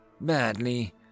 badly